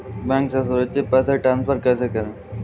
Bank से सुरक्षित पैसे ट्रांसफर कैसे करें?